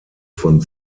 von